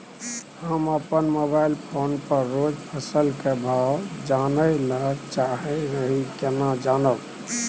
हम अपन mobile phone पर रोज फसल के भाव जानय ल चाहैत रही केना जानब?